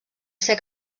ser